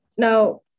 Now